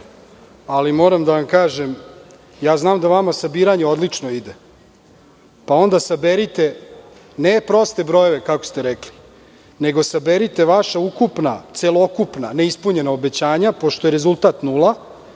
ali moram da vam kažem, znam da vama sabiranje odlično ide, pa onda saberite ne proste brojeve, kako ste rekli, nego saberite vaša ukupna, celokupna neispunjena obećanja, pošto je rezultat nula,